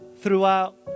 throughout